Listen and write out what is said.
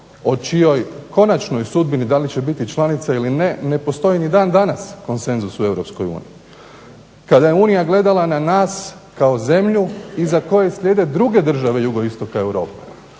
o čijoj konačnoj sudbini da li će biti članica ili ne, ne postoji ni dan danas konsenzus u Europskoj uniji. Kada je Unija gledala na nas kao zemlju iza koje slijede druge države jugoistoka Europe